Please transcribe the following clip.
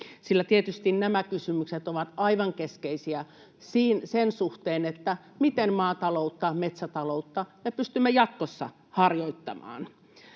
Sillä tietysti nämä kysymykset ovat aivan keskeisiä sen suhteen, miten maataloutta, metsätaloutta me pystymme jatkossa harjoittamaan.